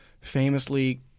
famously